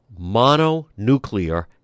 mononuclear